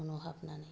न' न' हाबनानै